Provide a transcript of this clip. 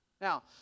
Now